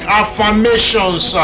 affirmations